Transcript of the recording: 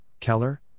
Keller